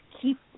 keep